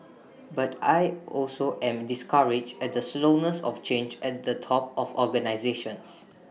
but I also am discouraged at the slowness of change at the top of organisations